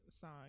song